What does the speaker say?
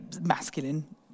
masculine